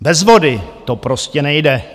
Bez vody to prostě nejde.